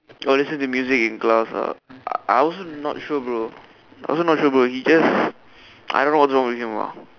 got listen to music in class ah I I also not sure bro I also not sure bro he just I don't know what's wrong with him ah